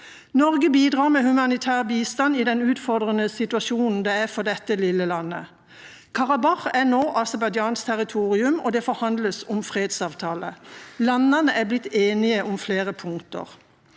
Norge bidrar med humanitær bistand til Armenia i den utfordrende situasjon det er for dette lille landet. Karabakh er nå Aserbajdsjans territorium, og det forhandles om fredsavtale. Landene er blitt enige om flere punkter.